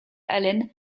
allen